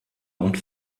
und